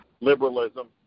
Liberalism